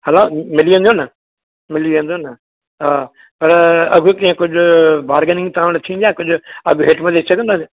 हलां मिली वेंदियूं न मिली वेंदियूं न हा पर अघु कीअं कुझु बार्गेनिंग तव्हां वटि थींदी आहे कुझु अघु हेठि मथे अची सघंदासीं